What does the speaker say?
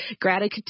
gratitude